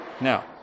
Now